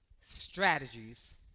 strategies